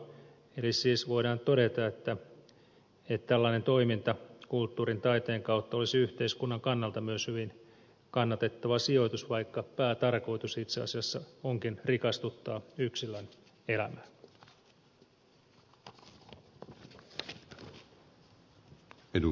eli siis voidaan todeta että tällainen toiminta kulttuurin taiteen kautta olisi yhteiskunnan kannalta myös hyvin kannatettava sijoitus vaikka päätarkoitus itse asiassa onkin rikastuttaa yksilön elämää